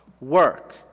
work